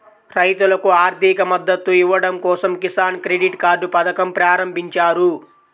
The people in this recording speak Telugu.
రైతులకు ఆర్థిక మద్దతు ఇవ్వడం కోసం కిసాన్ క్రెడిట్ కార్డ్ పథకం ప్రారంభించారు